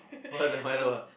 oh the Milo ah